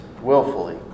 willfully